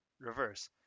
reverse